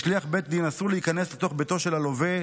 לשליח בית דין אסור להיכנס לתוך ביתו של הלווה,